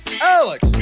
Alex